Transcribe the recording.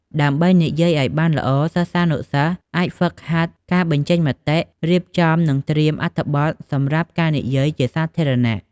ដើម្បីនិយាយឲ្យបានល្អសិស្សានុសិស្ស អាចហ្វឹកហាត់ការបញ្ចេញមតិ រៀបចំ និងត្រៀមអត្ថបទសម្រាប់ការនិយាយជាសាធារណៈ។